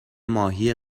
ماهی